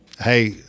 Hey